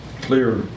clear